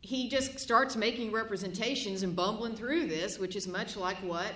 he just starts making representations i'm bumbling through this which is much like what